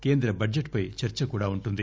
కేంద్ర బడ్జెట్ పై చర్చ కూడా ఉంటుంది